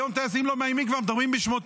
היום טייסים לא מאיימים כבר, מדברים בשמם.